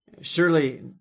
Surely